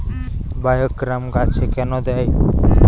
বায়োগ্রামা গাছে কেন দেয়?